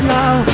now